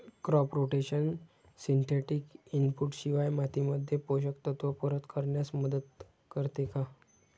Crop rotation synthetic input शिवाय मातीमध्ये पोषक तत्त्व परत करण्यास मदत करते का?